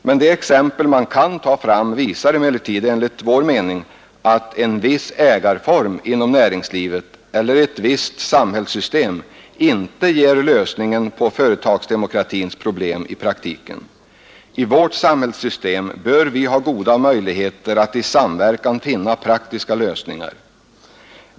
Men de exempel man kan ta fram visar, enligt vår mening, att en viss ägarform inom näringslivet eller ett visst samhällssystem inte ger lösningen på företagsdemokratins problem i praktiken. I vårt samhällssystem bör vi ha goda möjligheter att i samverkan finna praktiska lösningar.